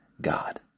God